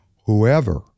Whoever